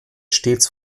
stets